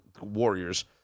Warriors